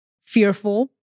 fearful